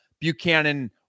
Buchanan